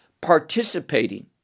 participating